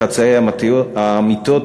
חצאי האמיתות,